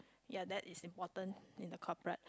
ya that is important in the corporate